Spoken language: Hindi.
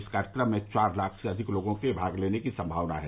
इस कार्यक्रम में चार लाख से अधिक लोगों के भाग लेने की संभावना है